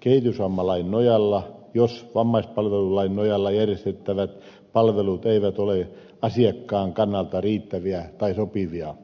kehitysvammalain nojalla jos vammaispalvelulain nojalla järjestettävät palvelut eivät ole asiakkaan kannalta riittäviä tai sopivia